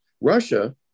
Russia